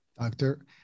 Doctor